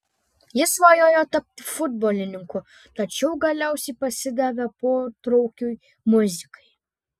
jis svajojo tapti futbolininku tačiau galiausiai pasidavė potraukiui muzikai